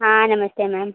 हाँ नमस्ते मैम